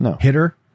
hitter